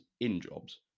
in-jobs